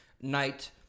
night